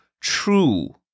true